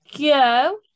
go